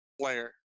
Player